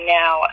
now